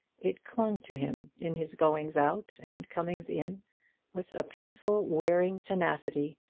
it clung to him in his goings out and comings in with a painful, wearing tenacity,